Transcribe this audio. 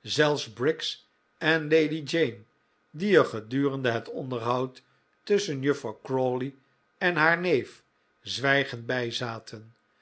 zelfs briggs en lady jane die er gedurende het onderhoud tusschen juffrouw crawley en haar neef zwijgend bijzaten en